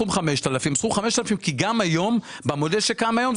סכום 5,000 שקלים כי גם היום במודל שקיים היום,